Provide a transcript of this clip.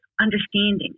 understanding